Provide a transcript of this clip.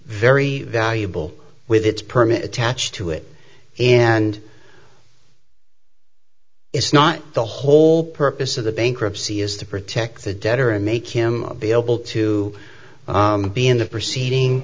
very valuable with its permit attached to it and it's not the whole purpose of the bankruptcy is to protect the debtor and make him be able to be in the proceeding